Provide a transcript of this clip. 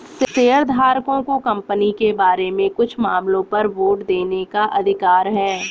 शेयरधारकों को कंपनी के बारे में कुछ मामलों पर वोट देने का अधिकार है